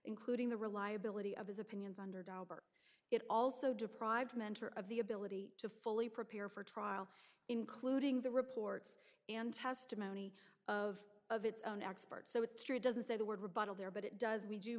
including the reliability of his opinions under dahlberg it also deprived mentor of the ability to fully prepare for trial including the reports and testimony of of its own experts so it doesn't say the word rebuttal there but it does we do